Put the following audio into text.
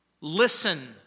listen